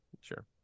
sure